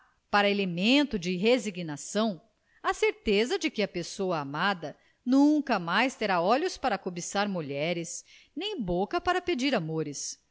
para elemento de resignação a certeza de que a pessoa amada nunca mais terá olhos para cobiçar mulheres nem boca para pedir amores